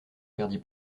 perdit